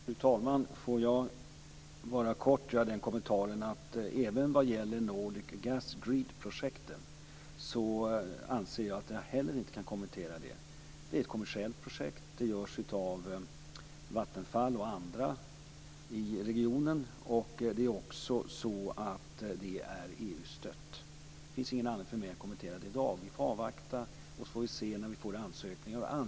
Fru talman! Jag vill bara kort säga att jag anser att jag inte kan göra någon kommentar heller när det gäller Nordic Gas Grid-projektet. Det är ett kommersiellt projekt. Det görs av Vattenfall och andra i regionen, och det är EU-stött. Det finns ingen anledning för mig att kommentera det i dag. Vi får avvakta tills vi får ansökningarna.